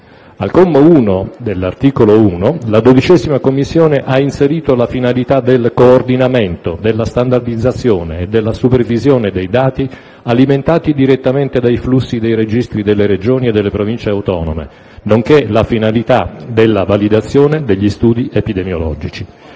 Al comma 1 dell'articolo 1, la 12a Commissione ha inserito la finalità del coordinamento, della standardizzazione e della supervisione dei dati alimentati direttamente dai flussi dei registri delle Regioni e delle Province autonome, nonché la finalità della validazione degli studi epidemiologici.